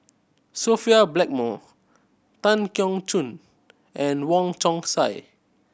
Sophia Blackmore Tan Keong Choon and Wong Chong Sai